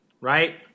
Right